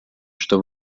что